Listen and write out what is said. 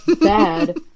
bad